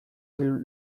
film